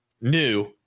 new